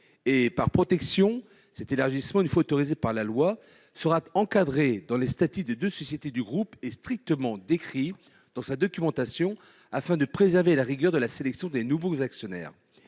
de protection, cet élargissement, une fois autorisé par la loi, sera encadré dans les statuts des deux sociétés du groupe et strictement décrit dans sa documentation, afin de préserver la rigueur de la sélection des nouveaux actionnaires,